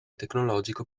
tecnologico